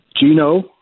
Gino